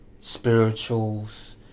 spirituals